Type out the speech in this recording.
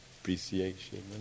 appreciation